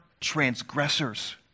transgressors